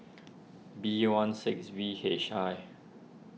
B one six V H I